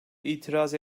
itiraz